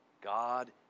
God